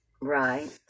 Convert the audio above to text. Right